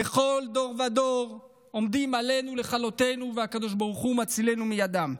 "בכל דור ודור עומדים עלינו לכלותינו והקדוש ברוך הוא מצילנו מידם".